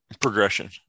progression